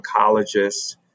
oncologists